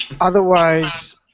Otherwise